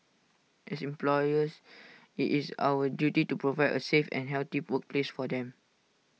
as employers IT is our duty to provide A safe and healthy workplace for them